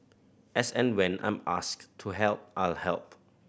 as and when I'm asked to help I'll help